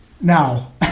Now